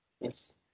Yes